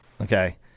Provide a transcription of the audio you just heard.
Okay